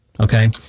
okay